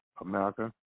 America